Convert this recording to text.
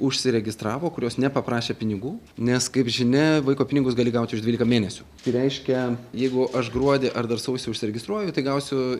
užsiregistravo kurios nepaprašė pinigų nes kaip žinia vaiko pinigus gali gauti už dvylika mėnesių tai reiškia jeigu aš gruodį ar dar sausį užsiregistruoju tai gausiu